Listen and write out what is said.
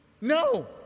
no